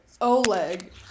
Oleg